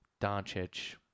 Doncic